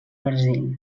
brasil